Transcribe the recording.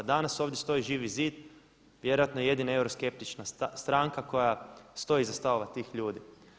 Danas ovdje stoji Živi zid, vjerojatno jedina euroskeptična stranka koja stoji iza stavova tih ljudi.